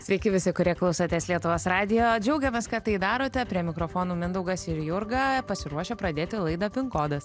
sveiki visi kurie klausotės lietuvos radijo džiaugiamės kad tai darote prie mikrofonų mindaugas ir jurga pasiruošę pradėti laidą kodas